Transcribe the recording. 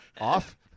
Off